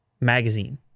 magazine